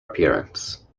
appearance